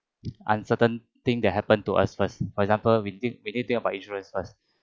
uncertain thing that happen to us first for example we ne~ we need to think about insurance first